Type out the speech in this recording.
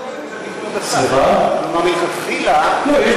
כלומר, מלכתחילה לא, סליחה?